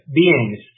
beings